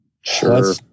Sure